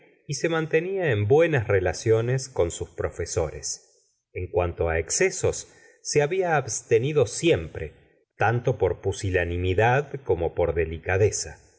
y se mantenía en buenas relaciones con sus profesores en cuanto á excesos se había abstenido siempre tanto por pusilanimidad como por delicadeza